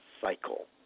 cycle